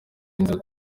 inzira